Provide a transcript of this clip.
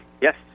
Yes